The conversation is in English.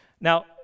Now